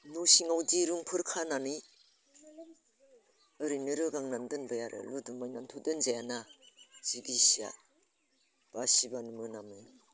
न' सिङाव दिरुंफोर खानानै ओरैनो रोगांनानै दोनबाय आरो लुदुमबायनानैथ' दोनजायाना जि गिसिया बासिबानो मोनामो